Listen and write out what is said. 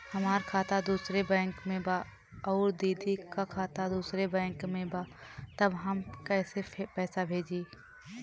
हमार खाता दूसरे बैंक में बा अउर दीदी का खाता दूसरे बैंक में बा तब हम कैसे पैसा भेजी?